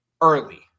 early